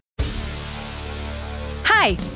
Hi